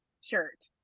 shirt